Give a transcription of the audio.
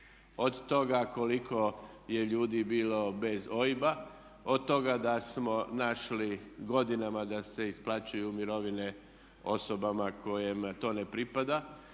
od toga koliko je ljudi bilo bez OIB-a, od toga da smo našli godinama da se isplaćuju mirovine osobama kojima to ne pripada,